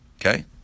Okay